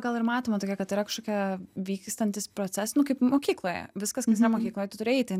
gal ir matoma tokia kad yra kažkokia vykstantis proces nu kaip mokykloje viskas kas ne mokykloje turi eiti